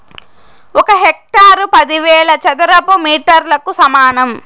ఒక హెక్టారు పదివేల చదరపు మీటర్లకు సమానం